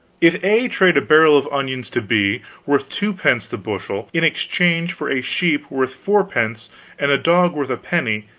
if a trade a barrel of onions to b, worth two pence the bushel, in exchange for a sheep worth four pence and a dog worth a penny,